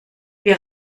wir